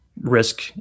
risk